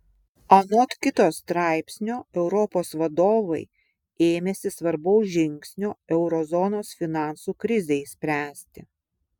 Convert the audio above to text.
anot kito straipsnio europos vadovai ėmėsi svarbaus žingsnio euro zonos finansų krizei spręsti